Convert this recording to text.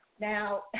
now